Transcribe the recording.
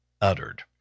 uttered